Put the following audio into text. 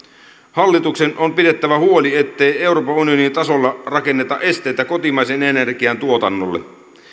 hallituksen on pidettävä huoli ettei euroopan unionin tasolla rakenneta esteitä kotimaisen energian tuotannolle